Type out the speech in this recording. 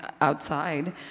outside